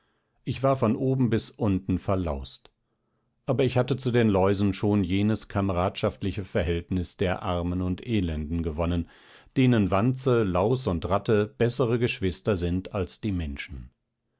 ich war von oben bis unten verlaust aber ich hatte zu den läusen schon jenes kameradschaftliche verhältnis der armen und elenden gewonnen denen wanze laus und ratte bessere geschwister sind als die menschen